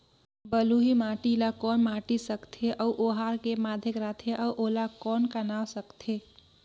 बलुही माटी ला कौन माटी सकथे अउ ओहार के माधेक राथे अउ ओला कौन का नाव सकथे?